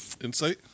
Insight